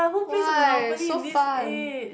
why so fun